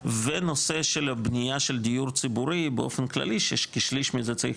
ונושא של הבנייה של דיור ציבורי באופן כללי שכשליש מזה צריך